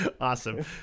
Awesome